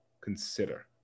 consider